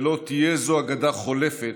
ולא תהיה זו אגדה חולפת,